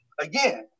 again